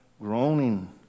groaning